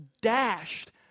dashed